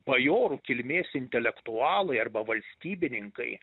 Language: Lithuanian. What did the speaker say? bajorų kilmės intelektualai arba valstybininkai